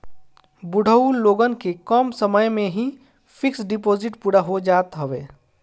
बुढ़ऊ लोगन के कम समय में ही फिक्स डिपाजिट पूरा हो जात हवे